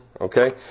Okay